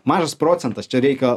mažas procentas čia reikia